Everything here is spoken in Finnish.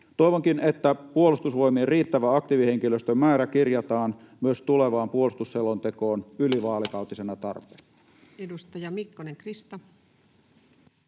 Toivonkin, että Puolustusvoimien riittävä aktiivihenkilöstön määrä kirjataan myös tulevaan puolustusselontekoon ylivaalikautisena tarpeena. Edustaja Mikkonen, Krista.